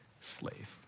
slave